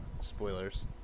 Spoilers